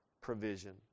provision